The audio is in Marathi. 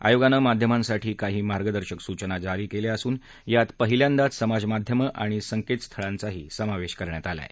आयोगानं माध्यमांसाठी काही मार्गदर्शक सूचना जारी केल्या असून यात पहिल्यांदाच समाजमाध्यमं आणि संकेतस्थळांचाही समावेश केला आहे